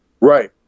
Right